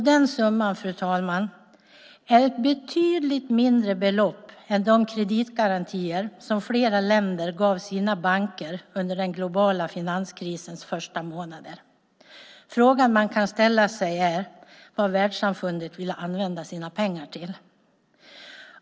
Den summan, fru talman, är ett betydligt mindre belopp än de kreditgarantier som flera länder gav sina banker under den globala finanskrisens första månader. Frågan man kan ställa sig är: Vad vill världssamfundet använda sina pengar till?